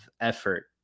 effort